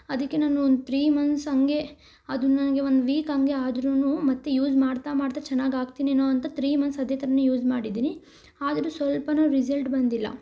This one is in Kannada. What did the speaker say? ಅದಕ್ಕೆ ನಾನು ಒಂದು ಥ್ರೀ ಮಂಥ್ಸ್ ಹಂಗೇ ಅದು ನನಗೆ ಒಂದು ವೀಕ್ ಹಂಗೆ ಆದ್ರು ಮತ್ತೆ ಯೂಸ್ ಮಾಡ್ತಾ ಮಾಡ್ತಾ ಚೆನ್ನಾಗಾಗ್ತಿನೇನೋ ಅಂತ ಥ್ರೀ ಮಂಥ್ಸ್ ಅದೇ ಥರನೇ ಯೂಸ್ ಮಾಡಿದ್ದೀನಿ ಆದರೂ ಸ್ವಲ್ಪನೂ ರಿಸಲ್ಟ್ ಬಂದಿಲ್ಲ